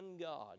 God